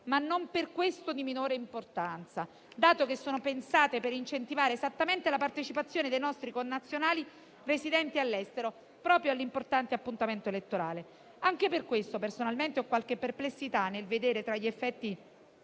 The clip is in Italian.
ma non per questo di minore importanza, dato che sono pensate per incentivare esattamente la partecipazione dei nostri connazionali residenti all'estero proprio all'importante appuntamento elettorale. Anche per questo personalmente ho qualche perplessità nel vedere tra gli effetti